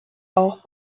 auch